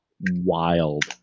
wild